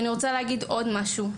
בנוסף,